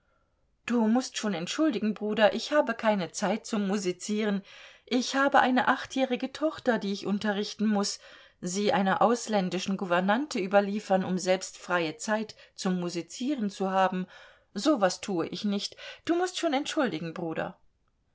du mußt schon entschuldigen bruder ich habe keine zeit zum musizieren ich habe eine achtjährige tochter die ich unterrichten muß sie einer ausländischen gouvernante überliefern um selbst freie zeit zum musizieren zu haben so was tue ich nicht du mußt schon entschuldigen bruder